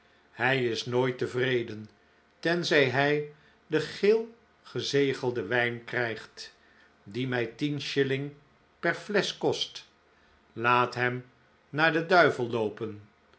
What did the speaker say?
hij is nooit tevreden tenzij hij den geel gezegelden wijn krijgt die mij tien shilling per flesch kost laat hem naar den duivel loopen